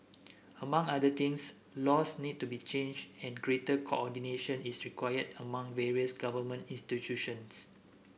among other things laws need to be changed and greater coordination is required among various government institutions